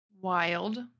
Wild